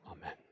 Amen